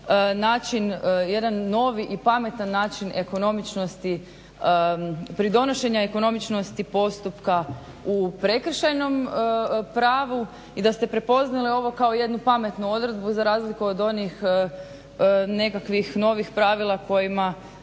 način, jedan novi i pametan način ekonomičnosti, pridonošenja ekonomičnosti postupka u prekršajnom pravu i da ste prepoznali ovo kao jednu pametnu odredbu za razliku od onih nekakvih novih pravila kojima